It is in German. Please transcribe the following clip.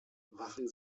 wachen